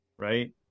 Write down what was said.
Right